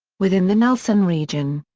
within the nelson region.